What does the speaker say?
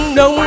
no